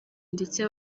ndetse